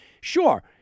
sure